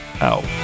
out